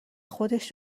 خودش